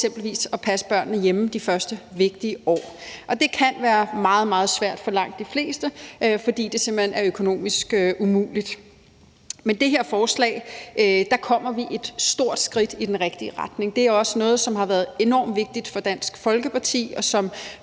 hjemme og passe børnene de første vigtige år. Og det kan være meget, meget svært for langt de fleste, fordi det simpelt hen er økonomisk umuligt. Men med det her forslag kommer vi et stort skridt i den rigtige retning. Det er også noget, som har været enormt vigtigt for Dansk Folkeparti, og som